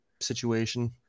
situation